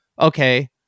okay